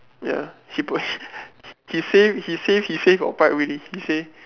ya he push he save he save he save your pride really he say